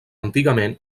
antigament